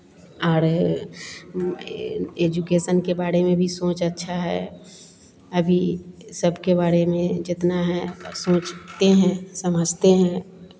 और एजुकेशन के बारे में भी सोच अच्छा है अभी सब के बारे में जितना है सोचते हैं समझते हैं